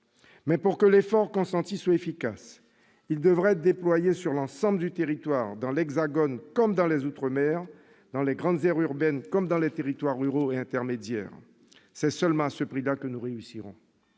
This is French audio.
pour que l'effort consenti soit efficace, il devra être déployé sur l'ensemble du territoire, dans l'hexagone comme dans les outre-mer, dans les grandes aires urbaines comme dans les territoires ruraux et intermédiaires. C'est seulement à ce prix que nous réussirons.